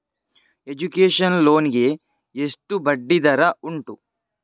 Education loan ಗೆ ಎಷ್ಟು ಬಡ್ಡಿ ದರ ಉಂಟು?